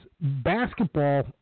Basketball